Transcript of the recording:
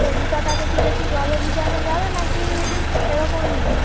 তো জুতাটাকে কি বেশি জলে ভিজানো যাবে নাকি এরকমই